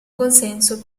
consenso